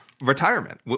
retirement